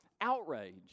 outrage